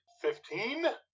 Fifteen